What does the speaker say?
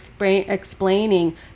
explaining